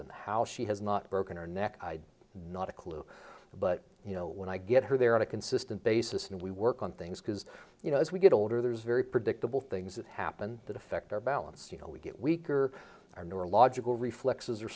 and how she has not broken her neck not a clue but you know when i get her there on a consistent basis and we work on things because you know as we get older there's very predictable things that happen that affect our balance you know we get weaker our neurological reflexes